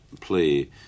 play